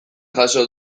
jaso